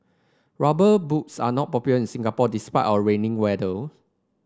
rubber boots are not popular in Singapore despite our rainy weather